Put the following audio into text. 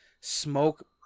Smoke